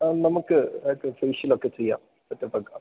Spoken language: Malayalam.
ആ നമുക്ക് ആയിട്ട് ഫേഷ്യലൊക്കെ ചെയ്യാം സെറ്റപ്പ് ആക്കാം